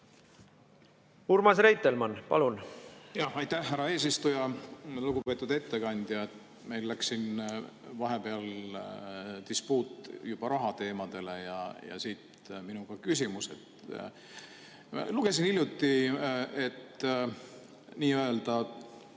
Urmas Reitelmann, palun!